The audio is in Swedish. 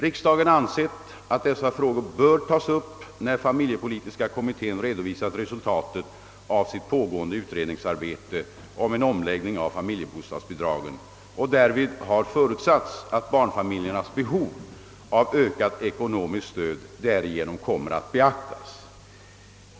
Riksdagen har ansett att dessa frågor bör tas upp när familjepolitiska kommittén redovisat resultatet av sitt pågående utredningsarbete beträffande en omläggning av familjebostadsbidragen, och därvid har förutsatts att barnfamiljernas behov av ökat ekonomiskt stöd därigenom kommer att beaktas.